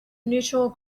neutral